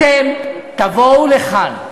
אתם תבואו לכאן,